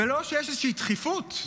ולא שיש איזושהי דחיפות,